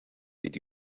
did